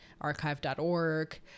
archive.org